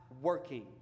working